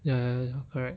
ya ya correct